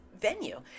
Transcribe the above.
venue